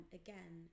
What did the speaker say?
again